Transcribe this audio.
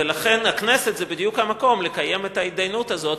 ולכן הכנסת זה בדיוק המקום לקיים את ההתדיינות הזאת,